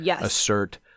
assert